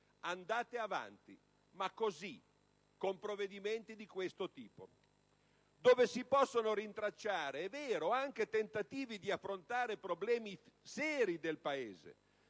andate avanti, ma così, con provvedimenti di questo tipo. In essi si possono rintracciare, è vero, anche tentativi di affrontare i problemi seri del Paese,